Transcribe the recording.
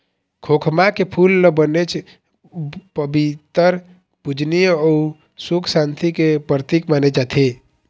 खोखमा के फूल ल बनेच पबित्तर, पूजनीय अउ सुख सांति के परतिक माने जाथे